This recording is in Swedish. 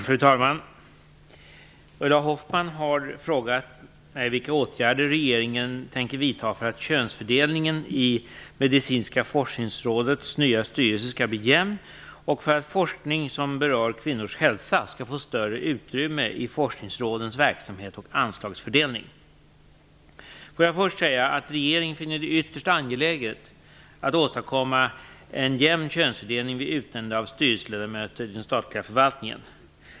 Fru talman! Ulla Hoffmann har frågat mig vilka åtgärder regeringen tänker vidta för att könsfördelningen i Medicinska forskningsrådets nya styrelse skall bli jämn och för att forskning som berör kvinnors hälsa skall få större utrymme i forskningsrådens verksamhet och anslagsfördelning. Låt mig först säga att regeringen finner det ytterst angeläget att åstadkomma en jämn könsfördelning vid utnämnande av styrelseledamöter i den statliga förvaltningen.